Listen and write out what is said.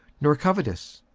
nor covetous,